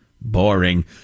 Boring